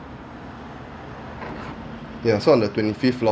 ya so on the twenty fifth log